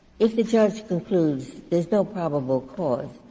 if the judge concludes there is no probable cause